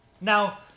Now